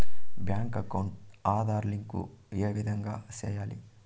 Bank account Aadhaar link ఏ విధంగా సెయ్యాలి?